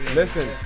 listen